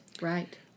right